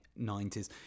90s